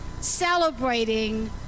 celebrating